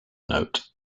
note